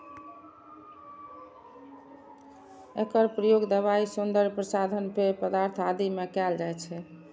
एकर प्रयोग दवाइ, सौंदर्य प्रसाधन, पेय पदार्थ आदि मे कैल जाइ छै